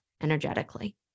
energetically